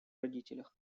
родителях